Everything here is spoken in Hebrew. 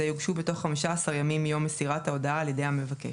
יוגשו בתוך 15 ימים מיום מסירת ההודעה על ידי המבקש.